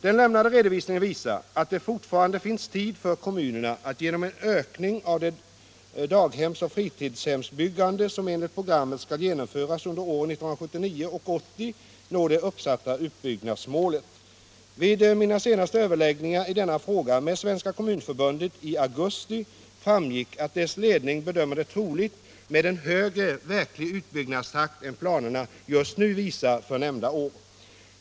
Den lämnade redovisningen visar att det fortfarande finns tid för kommunerna att genom en ökning av det daghemsoch fritidshemsbyggande som enligt programmet skall genomföras under åren 1979 och 1980 nå det uppsatta utbyggnadsmålet. Vid mina senaste överläggningar i denna fråga med Svenska kommunförbundet i augusti framgick att dess ledning bedömer det troligt med en högre verklig utbyggnadstakt än planerna just nu visar för nämnda år.